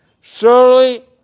surely